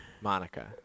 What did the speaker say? Monica